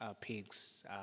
pigs